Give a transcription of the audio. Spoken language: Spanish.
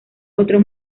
otro